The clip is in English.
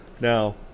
Now